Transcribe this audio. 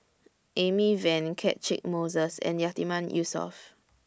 Amy Van Catchick Moses and Yatiman Yusof